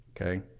Okay